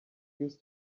used